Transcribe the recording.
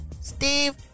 Steve